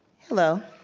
hello.